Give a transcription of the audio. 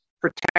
protect